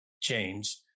change